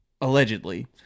Allegedly